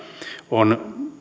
on